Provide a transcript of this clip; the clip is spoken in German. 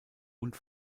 und